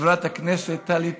חברת הכנסת טלי פלוסקוב,